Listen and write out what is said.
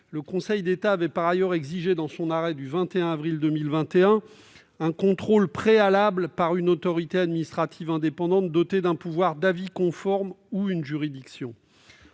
Le Conseil d'État avait par ailleurs exigé, dans son arrêt du 21 avril 2021, un contrôle préalable par une autorité administrative indépendante dotée d'un pouvoir d'avis conforme ou par une juridiction.